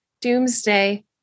doomsday